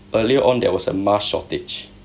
earlier on there was a masks shortage